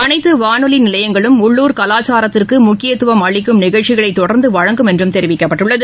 அனைத்துவானொலிநிலையங்களும் உள்ளளர் கலாச்சார்த்திற்குமுக்கியத்துவம் அளிக்கும் நிகழ்ச்சிகளைதொடர்ந்துவழங்கும் என்றும் தெரிவிக்கப்பட்டுள்ளது